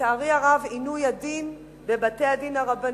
עינוי הדין בבתי-הדין הרבניים,